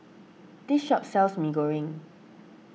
this shop sells Mee Goreng